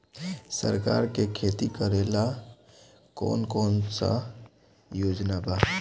सरकार के खेती करेला कौन कौनसा योजना बा?